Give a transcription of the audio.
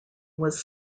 was